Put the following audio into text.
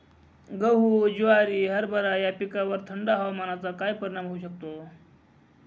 गहू, ज्वारी, हरभरा या पिकांवर थंड हवामानाचा काय परिणाम होऊ शकतो?